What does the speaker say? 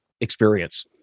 experience